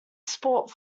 spot